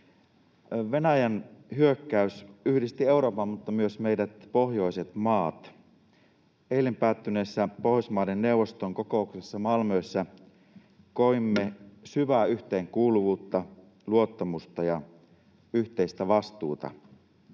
Venäjän hyökkäys yhdisti Euroopan mutta myös meidät pohjoiset maat. Eilen päättyneessä Pohjoismaiden neuvoston kokouksessa Malmössä koimme syvää yhteenkuuluvuutta, luottamusta ja yhteistä vastuuta.